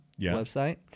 website